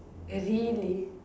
really